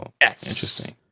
interesting